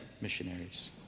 missionaries